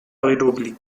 redoublé